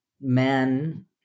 man